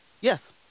Yes